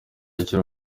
akiri